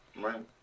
Right